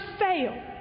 fail